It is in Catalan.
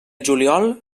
juliol